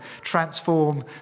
transform